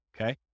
Okay